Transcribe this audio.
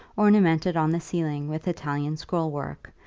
ornamented on the ceiling with italian scrollwork,